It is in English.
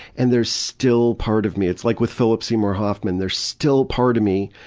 and there's still part of me. it's like with phillip seymour hoffman, there's still part of me,